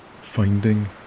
Finding